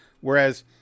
Whereas